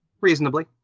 Reasonably